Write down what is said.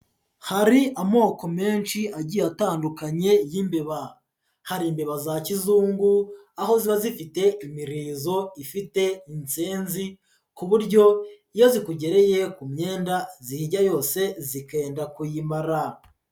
Hari amoko menshi agiye atandukanye y'imbeba, hari imbeba za kizungu, aho ziba zifite imirizo ifite insenzi, ku buryo iyo zikugereye ku myenda ziyirya yose zikenda kuyimara.